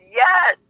yes